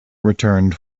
returned